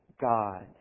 God